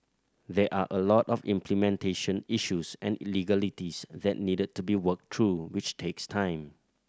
there are a lot of implementation issues and legalities that need to be worked through which takes time